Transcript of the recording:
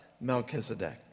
Melchizedek